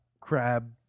crab